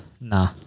Nah